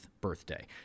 birthday